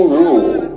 rule